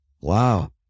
Wow